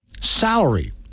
salary